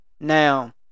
Now